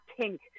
pink